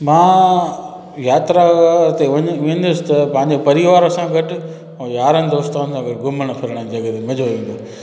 मां यात्रा ते वञ वेंदुसि त पंहिंजे परिवार सां गॾु ऐं यारनि दोस्तनि सां भई घुमणु फिरण जी जॻह ते मज़ो ईंदो